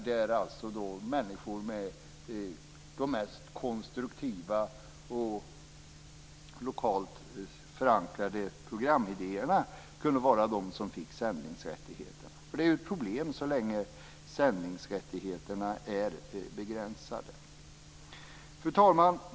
Då kunde människor med de mest konstruktiva och lokalt förankrade programidéerna vara de som fick sändningsrättigheterna. Det är ett problem så länge sändningsrättigheterna är begränsade. Fru talman!